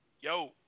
Yo